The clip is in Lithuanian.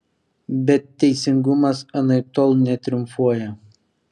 bet teisingumas anaiptol netriumfuoja